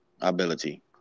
ability